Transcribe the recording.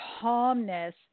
calmness